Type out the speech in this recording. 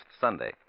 Sunday